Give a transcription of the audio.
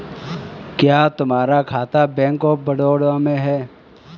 क्या तुम्हारा खाता बैंक ऑफ बड़ौदा में है?